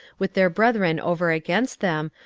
with their brethren over against them,